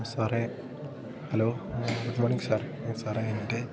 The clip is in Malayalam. സാറേ ഹലോ ഗുഡ് മോണിംഗ് സാർ സാറേ എൻ്റെ